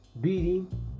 Beating